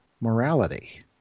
morality